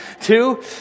Two